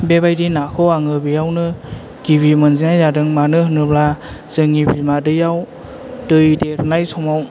बेबायदि नाखौ आं बेआवनो गिबि मोनजेन्नाय जादों मानो होनोब्ला जोंनि बिमा दैयाव दै देरनाय समाव